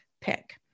pick